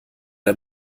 der